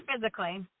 physically